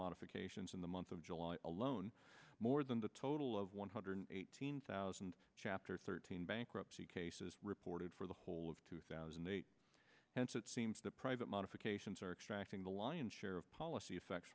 modifications in the month of july alone more than the total of one hundred eighteen thousand chapter thirteen bankruptcy cases reported for the whole of two thousand and eight and so it seems that private modifications are extracting the lion's share of policy effects